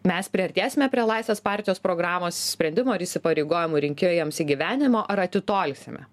mes priartėsime prie laisvės partijos programos sprendimo ir įsipareigojimų rinkėjams įgyvendinimo ar atitolsime